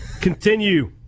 Continue